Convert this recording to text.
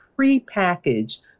prepackaged